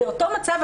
זה אותו מצב,